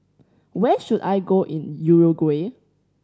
where should I go in Uruguay